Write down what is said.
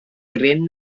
gryn